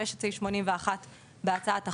יש את סעיף 81 בהצעת החוק,